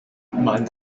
mind